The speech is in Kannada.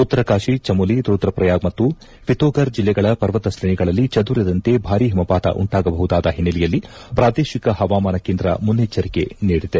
ಉತ್ತರಕಾಶಿ ಚಮೋಲಿ ರುದ್ರಶ್ರಯಾಗ್ ಮತ್ತು ಪಿತೋಫರ್ ಜಿಲ್ಲೆಗಳ ಪರ್ವತ ಶ್ರೇಣಿಗಳಲ್ಲಿ ಚದುರಿದಂತೆ ಭಾರೀ ಹಿಮಪಾತ ಉಂಟಾಗಬಹುದಾದ ಹಿನ್ನೆಲೆಯಲ್ಲಿ ಪ್ರಾದೇಶಿಕ ಹವಾಮಾನ ಕೇಂದ್ರ ಮುನ್ನೆಚ್ವರಿಕೆ ನೀಡಿದೆ